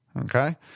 Okay